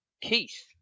Keith